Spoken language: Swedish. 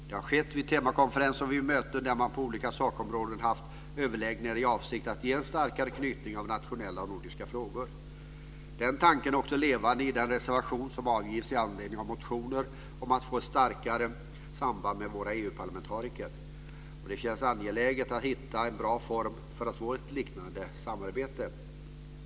Det har skett vid temakonferenser och vid möten där man på olika sakområden har haft överläggningar i avsikt att ge en starkare knytning av nationella och nordiska frågor. Den tanken är också levande i den reservation som avgetts i anledning av motioner om att få ett starkare samband med våra EU-parlamentariker. Det känns angeläget att hitta en bra form för att få ett liknande samarbete.